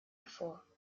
hervor